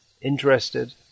interested